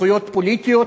זכויות פוליטיות